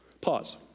Pause